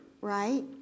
right